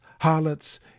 harlots